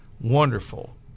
wonderful